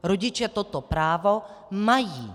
Rodiče toto právo mají.